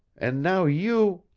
and now you